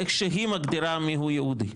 איך שהיא מגדירה מיהו יהודי.